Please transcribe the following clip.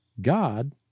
God